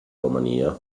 romania